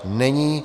Není.